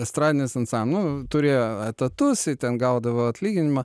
estradinis ansam nu turėjo etatus ir ten gaudavo atlyginimą